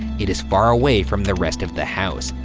it is far away from the rest of the house.